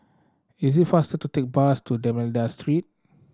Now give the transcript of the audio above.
is it faster to take bus to D'Almeida Street